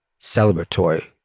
celebratory